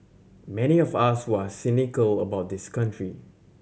many of us who are cynical about this country